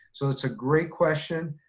so it's a great question,